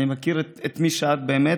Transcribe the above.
אני מכיר את מי שאת באמת,